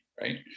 right